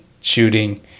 shooting